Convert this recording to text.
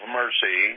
mercy